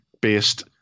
based